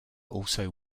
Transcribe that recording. also